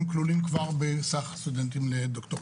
הם כלולים כבר בסך הסטודנטים לדוקטורט.